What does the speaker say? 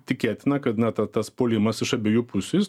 tikėtina kad na ta tas puolimas iš abiejų pusių jis